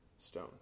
stone